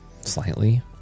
slightly